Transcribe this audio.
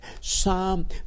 Psalm